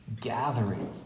gathering